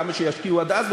כמה שישקיעו עד אז,